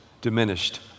diminished